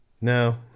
No